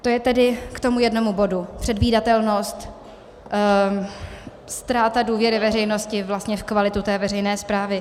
To je tedy k tomu jednomu bodu předvídatelnost, ztráta důvěry veřejnosti vlastně v kvalitu veřejné správy.